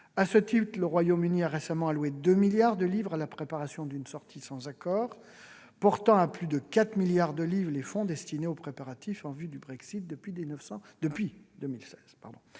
À ce titre, le Royaume-Uni a récemment alloué 2 milliards de livres à la préparation d'une sortie sans accord, portant à plus de 4 milliards de livres les fonds destinés aux préparatifs en vue du Brexit depuis 2016.